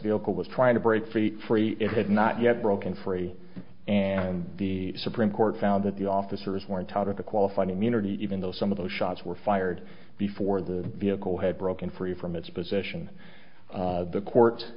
vehicle was trying to break free free it had not yet broken free and the supreme court found that the officers weren't a qualified immunity even though some of those shots were fired before the vehicle had broken free from its position the court